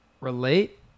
relate